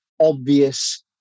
obvious